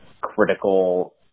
critical